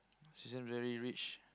she seems very rich